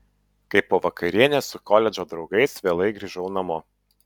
kai po vakarienės su koledžo draugais vėlai grįžau namo